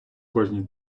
кожній